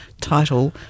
title